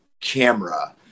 camera